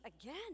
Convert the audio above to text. again